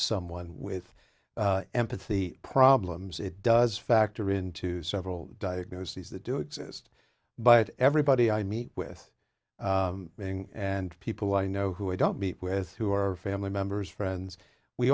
someone with empathy problems it does factor into several diagnoses that do exist but everybody i meet with and people i know who don't meet with who are family members friends we